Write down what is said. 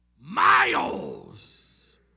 miles